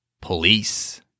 Police